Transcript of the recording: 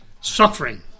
Suffering